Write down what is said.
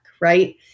Right